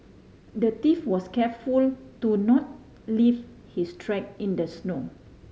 the thief was careful to not leave his track in the snow